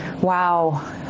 wow